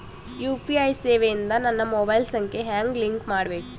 UPI ಸೇವೆ ಇಂದ ನನ್ನ ಮೊಬೈಲ್ ಸಂಖ್ಯೆ ಹೆಂಗ್ ಲಿಂಕ್ ಮಾಡಬೇಕು?